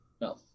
No